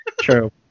True